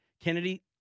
Kennedy